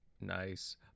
nice